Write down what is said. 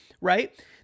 right